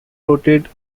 portrayed